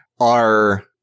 are-